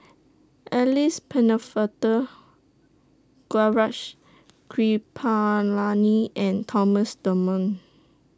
Alice Pennefather Gaurav She Kripalani and Thomas Dunman